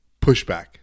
pushback